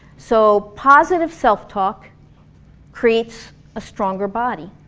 so positive self-talk creates a stronger body.